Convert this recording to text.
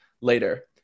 later